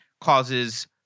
causes